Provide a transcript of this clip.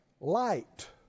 light